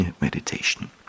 meditation